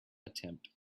attempt